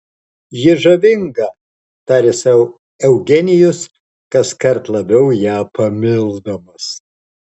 ji žavinga tarė sau eugenijus kaskart labiau ją pamildamas